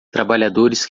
trabalhadores